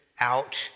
out